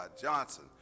Johnson